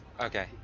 Okay